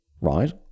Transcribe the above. right